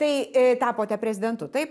tai tapote prezidentu taip